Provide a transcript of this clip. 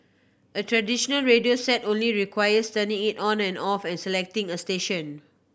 a traditional radio set only requires turning it on or off and selecting a station